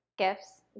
gifts